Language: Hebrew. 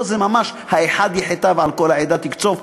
פה זה ממש "האחד יחטא ועל כל העדה תקצֹף".